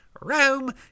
Rome